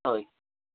okay